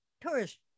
tourist